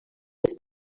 les